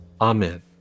amen